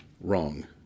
wrong